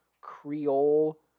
Creole